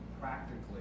practically